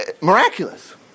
miraculous